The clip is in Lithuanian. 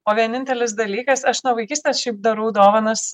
o vienintelis dalykas aš nuo vaikystės šiaip darau dovanas